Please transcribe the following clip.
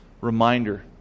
reminder